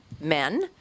men